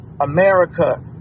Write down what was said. America